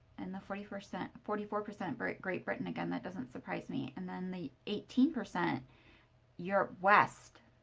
and the forty four percent forty four percent but great britain, again that doesn't surprise me. and then the eighteen percent europe west.